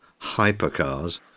hypercars